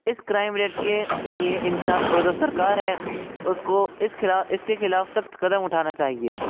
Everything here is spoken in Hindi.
इस क्रीम रेट के लिए इंसान और सरकार है उसको इस इसके ख़िलाफ़ सक़्त कदम उठाना चाहिए